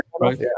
right